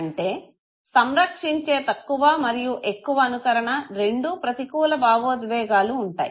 అంటే సంరక్షించే తక్కువ మరియు ఎక్కువ అనుకరణ రెండూ ప్రతికూల భావోద్వేగాలు ఉంటాయి